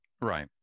Right